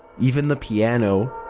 even the piano.